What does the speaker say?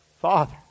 Father